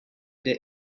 der